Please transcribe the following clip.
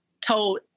told